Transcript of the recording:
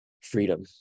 freedom